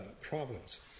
problems